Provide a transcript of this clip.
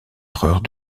erreurs